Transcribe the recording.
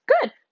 good